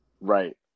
Right